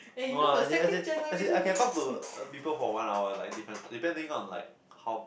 no lah as is as is as is I can talk to people for one hour like depends depending on like how